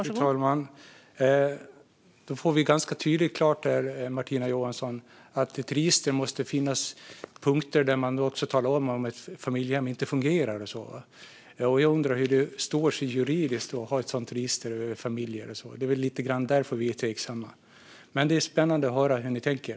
Fru talman! Då blir det ganska tydligt, Martina Johansson, att det i ett register måste finnas punkter där man talar om familjehem som inte fungerar. Jag undrar hur det står sig juridiskt att ha ett sådant register över familjer. Det är väl lite grann därför vi är tveksamma. Men det är spännande att höra hur ni tänker.